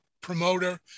promoter